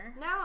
No